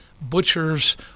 butchers